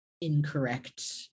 incorrect